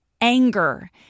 anger